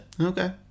Okay